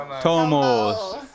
Tomos